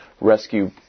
rescue